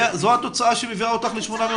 האם זו התוצאה שמביאה אותך ל-800?